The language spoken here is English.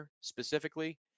specifically